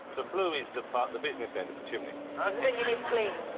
the flue is the the business end of the chimney. ah it's the bit you need to clean.